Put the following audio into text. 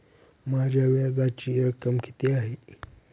माझ्या व्याजाची रक्कम किती आहे?